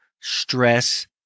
stress